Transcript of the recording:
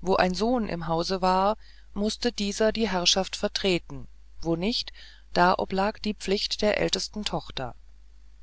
wo ein sohn im hause war mußte dieser die herrschaft vertreten wo nicht da oblag die pflicht der ältesten tochter